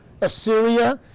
Assyria